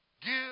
Give